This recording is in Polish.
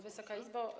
Wysoka Izbo!